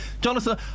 Jonathan